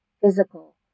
physical